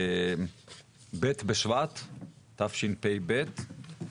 ב' בשבט תשפ"ב.